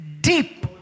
deep